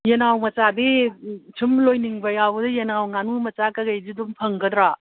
ꯌꯦꯟꯅꯥꯎ ꯃꯆꯥꯗꯤ ꯁꯨꯝ ꯂꯣꯏꯅꯤꯡꯕ ꯌꯥꯎꯕꯗꯨ ꯌꯦꯟꯅꯥꯎ ꯉꯥꯅꯨ ꯃꯆꯥ ꯀꯔꯤ ꯀꯔꯤꯁꯨ ꯑꯗꯨꯝ ꯐꯪꯒꯗ꯭ꯔꯣ